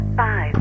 five